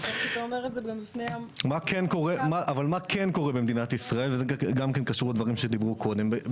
וזה גם קשור למה שדיברו עליו קודם.